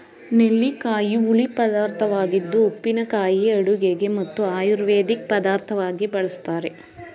ನೆಲ್ಲಿಕಾಯಿ ಹುಳಿ ಪದಾರ್ಥವಾಗಿದ್ದು ಉಪ್ಪಿನಕಾಯಿ ಅಡುಗೆಗೆ ಮತ್ತು ಆಯುರ್ವೇದಿಕ್ ಪದಾರ್ಥವಾಗಿ ಬಳ್ಸತ್ತರೆ